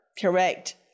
correct